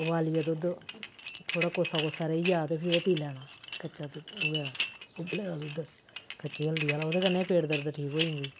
बुआलियै दुद्ध थोह्ड़ा कोसा कोसा रेही जा ते फ्ही ओह् पी लैना कच्चा दुद्ध होऐ उब्बले दा दुद्ध कच्ची हल्दी आह्ला ओह्दे कन्नै बी पेट दर्द ठीक होई जंदी